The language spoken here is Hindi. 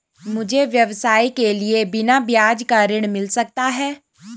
मुझे व्यवसाय के लिए बिना ब्याज का ऋण मिल सकता है?